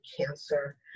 cancer